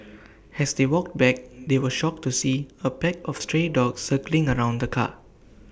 as they walked back they were shocked to see A pack of stray dogs circling around the car